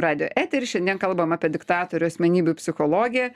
radijo etery šiandien kalbama apie diktatorių asmenybių psichologiją